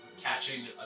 catching